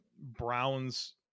Browns